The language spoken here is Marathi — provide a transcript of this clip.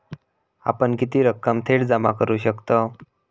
आपण किती रक्कम थेट जमा करू शकतव?